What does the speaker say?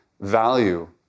value